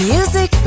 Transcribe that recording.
Music